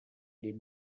did